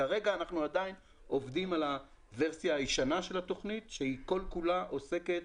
כרגע אנחנו עדיין עובדים על הוורסיה הישנה של התוכנית שכל כולה עוסקת